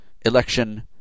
Election